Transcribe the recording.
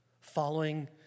following